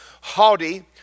haughty